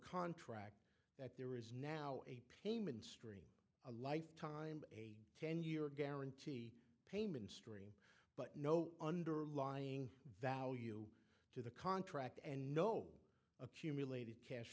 contract there is now a payment string a life time a ten year guarantee payment stream but no underlying value to the contract and no accumulated cash